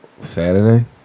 Saturday